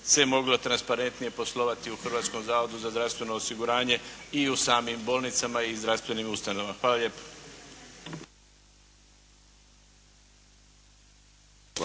se moglo transparentnije poslovati u Hrvatskom zavodu za zdravstveno osiguranje i u samim bolnicama i zdravstvenim ustanovama. Hvala lijepa.